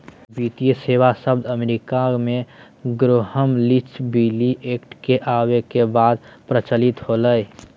वित्तीय सेवा शब्द अमेरिका मे ग्रैहम लीच बिली एक्ट के आवे के बाद प्रचलित होलय